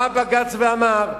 בא בג"ץ ואמר,